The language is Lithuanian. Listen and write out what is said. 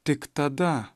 tik tada